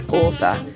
author